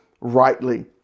rightly